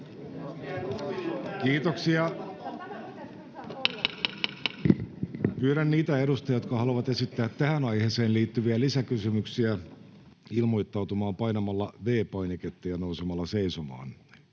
Kiitoksia. — Pyydän niitä edustajia, jotka haluavat esittää tähän aiheeseen liittyviä lisäkysymyksiä, ilmoittautumaan painamalla V-painiketta ja nousemalla seisomaan.